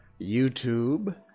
YouTube